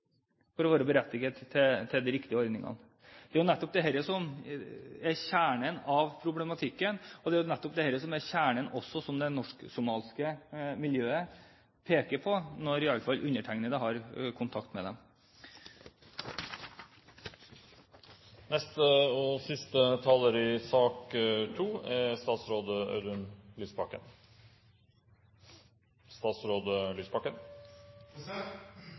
for å være berettiget til de riktige ordningene? Det er nettopp dette som er kjernen i problematikken. Det er nettopp dette som også er kjernen i det som det norsksomaliske miljøet peker på, iallfall når undertegnede har kontakt med dem. Jeg vil først understreke at når det gjelder spørsmål om trygdesvindel, er vår tilnærming at Nav og politiet har et viktig samfunnsoppdrag i